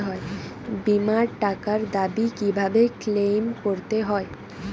বিমার টাকার দাবি কিভাবে ক্লেইম করতে হয়?